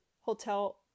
hotel